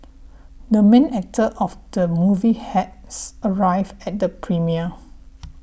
the main actor of the movie has arrived at the premiere